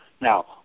Now